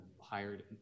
hired